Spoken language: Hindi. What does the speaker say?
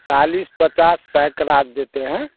चालीस पचास सैकड़ा देते हैं